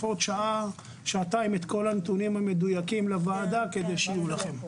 הדיון עוד שעה שעתיים את כל הנתונים המדויקים לוועדה על מנת שיהיו לכם.